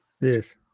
Yes